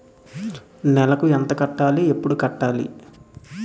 నెలకు ఎంత కట్టాలి? ఎప్పుడు కట్టాలి?